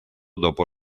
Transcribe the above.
dopo